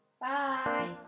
Bye